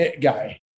guy